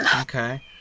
Okay